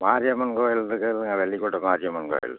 மாரியம்மன் கோவில் இருக்குதுல்லைங்க வெள்ளிக்கோட்டை மாரியம்மன் கோவில்